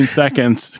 seconds